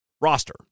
roster